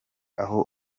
aho